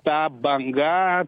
tą bangą